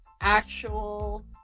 actual